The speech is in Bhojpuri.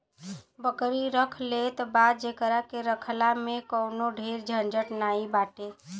बकरी रख लेत बा जेकरा के रखला में कवनो ढेर झंझट नाइ बाटे